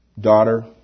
Daughter